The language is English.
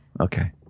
Okay